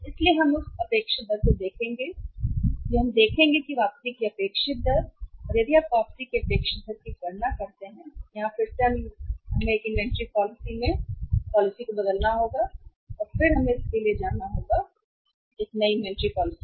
इसलिए हम उस अपेक्षित दर को देखेंगे जो हम देखेंगे वापसी की अपेक्षित दर और यदि आप वापसी की अपेक्षित दर की गणना करते हैं यहाँ फिर से हमें एक इन्वेंट्री पॉलिसी में पॉलिसी को बदलना होगा फिर से हमें इसके लिए जाना होगा इन्वेंट्री पॉलिसी